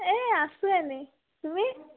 এই আছোঁ এনেই তুমি